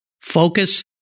focus